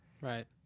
Right